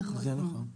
נכון.